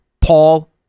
Paul